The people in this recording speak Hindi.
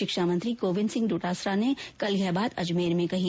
शिक्षा मंत्री गोविन्द सिंह डोटासरा ने कल यह बात अजमेर में कही